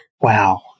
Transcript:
Wow